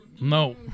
No